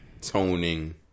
toning